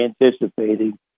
anticipating